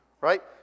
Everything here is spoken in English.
right